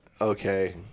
okay